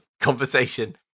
Conversation